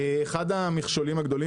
אחד המכשולים הגדולים